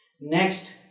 Next